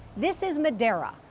this is madera,